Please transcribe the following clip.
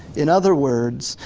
in other words,